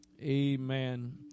amen